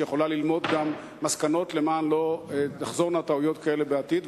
שיכולה ללמוד מסקנות למען לא תחזורנה טעויות כאלה בעתיד.